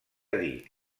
dir